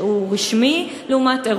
אתם יודעים שההסדר הזה יגיע לוועדת הכלכלה,